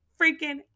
freaking